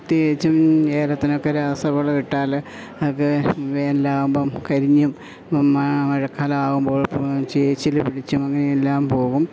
പ്രത്യേകിച്ച് ഏലത്തിനൊക്കെ രാസവളം ഇട്ടാൽ ഒക്കെ വേനലാകുമ്പം കരിഞ്ഞും മഴക്കാലമാകുമ്പോൾ ചേച്ചിൽ പിടിച്ചും അങ്ങനെയെല്ലാം പോകും